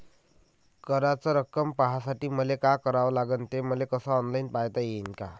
कराच रक्कम पाहासाठी मले का करावं लागन, ते मले ऑनलाईन पायता येईन का?